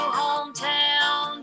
hometown